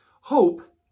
Hope